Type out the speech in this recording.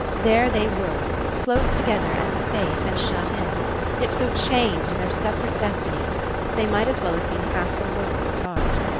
there they were, close together and safe and shut in yet so chained to their separate destinies that they might as well have been half the world apart.